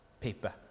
paper